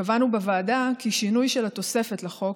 קבענו בוועדה כי שינוי של התוספת לחוק,